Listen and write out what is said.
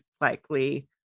likely